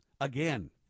again